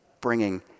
bringing